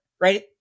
right